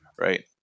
right